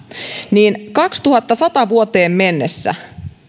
vuoteen kaksituhattasata mennessä